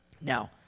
Now